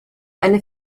eine